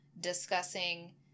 discussing